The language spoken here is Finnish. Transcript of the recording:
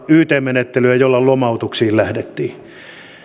yt menettelyä jolla lomautuksiin lähdettiin